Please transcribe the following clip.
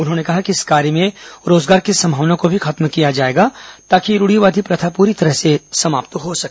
उन्होंने कहा कि इस कार्य में रोजगार की संभावना को भी खत्म किया जाएगा ताकि यह रूढ़िवादी प्रथा पूरी तरह से समाप्त हो सके